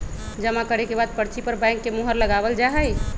जमा करे के बाद पर्ची पर बैंक के मुहर लगावल जा हई